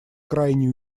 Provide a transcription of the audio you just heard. крайне